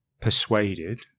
persuaded